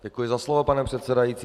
Děkuji za slovo, pane předsedající.